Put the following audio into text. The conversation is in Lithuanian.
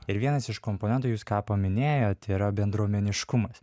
ir vienas iš komponentų jūs ką paminėjot yra bendruomeniškumas